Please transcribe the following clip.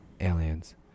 aliens